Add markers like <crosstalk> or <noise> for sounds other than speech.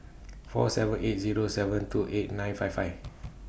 four seven eight Zero seven two eight nine five five <noise>